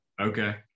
Okay